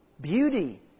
beauty